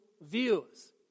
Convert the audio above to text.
views